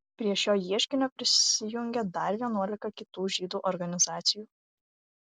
prie šio ieškinio prisijungė dar vienuolika kitų žydų organizacijų